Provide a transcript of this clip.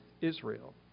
Israel